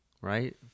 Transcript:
right